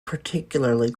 particularly